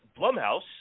Blumhouse